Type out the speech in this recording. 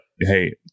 hey